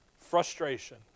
Frustration